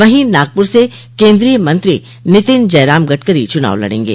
वहीं नागपुर से केन्द्रीय मंत्री नितिन जयराम गडकरी चुनाव लड़ेंगे